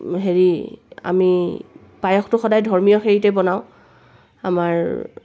হেৰি আমি পায়সটো সদায় ধৰ্মীয় হেৰিতে বনাওঁ আমাৰ